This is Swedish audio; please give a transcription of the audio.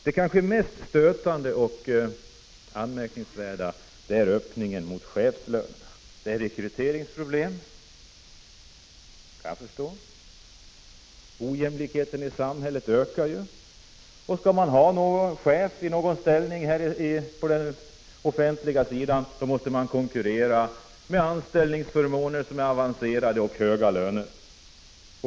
Det kanske mest stötande och anmärkningsvärda är öppningen mot chefslönerna. Det råder rekryteringsproblem. Jag förstår. Ojämlikheten i samhället ökar. Vill man ha en chef i hög ställning på den offentliga sidan måste man konkurrera med avancerade anställningsförmåner och höga löner.